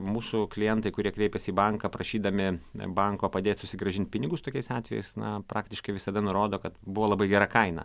mūsų klientai kurie kreipėsi į banką prašydami banko padėt susigrąžint pinigus tokiais atvejais na praktiškai visada nurodo kad buvo labai gera kaina